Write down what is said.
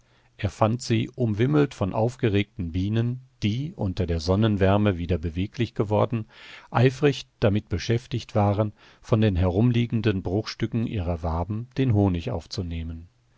er fand sie umwimmelt von aufgeregten bienen die unter der sonnenwärme wieder beweglich geworden eifrig damit beschäftigt waren von den herumliegenden bruchstücken ihrer waben den honig aufzunehmen